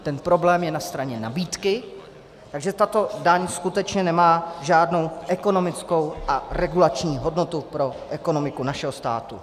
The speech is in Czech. Ten problém je na straně nabídky, takže tato daň skutečně nemá žádnou ekonomickou a regulační hodnotu pro ekonomiku našeho státu.